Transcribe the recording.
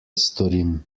storim